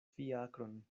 fiakron